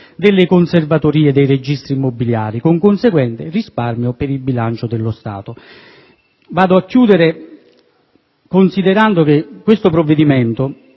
delle conservatorie dei registri immobiliari con conseguente risparmio per il bilancio dello Stato. Chiudo considerando che questo provvedimento